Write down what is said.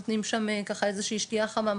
נותנים שם ככה איזושהי שתייה חמה,